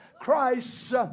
Christ